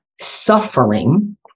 suffering